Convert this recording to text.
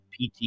PT